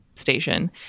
station